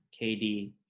KD